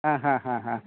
ಹಾಂ ಹಾಂ ಹಾಂ ಹಾಂ